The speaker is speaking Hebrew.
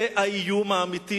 זה האיום האמיתי,